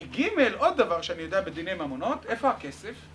ג', עוד דבר שאני יודע בדיני ממונות, איפה הכסף?